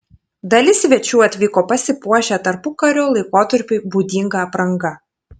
dalis svečių atvyko pasipuošę tarpukario laikotarpiui būdinga apranga